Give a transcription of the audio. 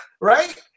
right